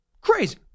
Crazy